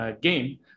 game